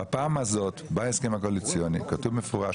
בפעם הזאת בהסכם הקואליציוני כתוב מפורש,